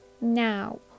Now